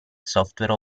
software